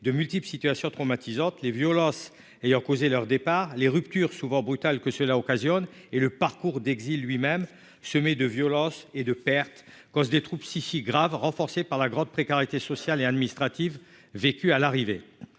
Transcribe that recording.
de multiples situations traumatisantes, les violences ayant causé leur départ, les ruptures souvent brutales que cela occasionne et le parcours d'exil lui-même semé de violences et de pertes cause des troupes si grave, renforcée par la grande précarité sociale et administrative vécu à l'arrivée,